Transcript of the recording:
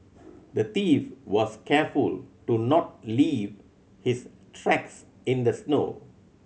the thief was careful to not leave his tracks in the snow